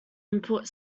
input